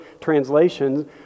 translations